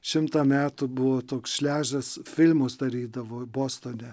šimtą metų buvo toks šležas filmus darydavo bostone